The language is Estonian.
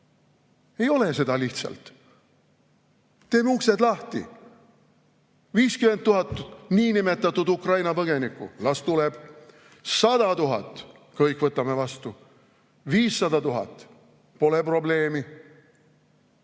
Ei ole seda lihtsalt! Teeme uksed lahti. 50 000 niinimetatud Ukraina põgenikku – las tuleb! 100 000 – kõik võtame vastu. 500 000 – pole probleemi.